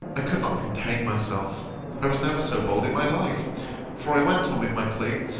i could not contain myself i was never so bold in my life for i went on with my plea,